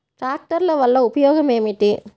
ట్రాక్టర్ల వల్ల ఉపయోగం ఏమిటీ?